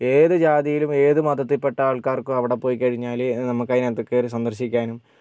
ഏത് ജാതിയിലും ഏത് മതത്തിൽ പെട്ട ആൾക്കാർക്കും അവിടെ പൊയി കഴിഞ്ഞാൽ നമുക്ക് അതിനകത്ത് കയറി സന്ദർശിക്കാനും